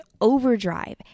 overdrive